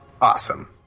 Awesome